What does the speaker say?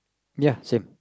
ya same